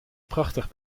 prachtig